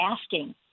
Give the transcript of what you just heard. asking